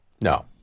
No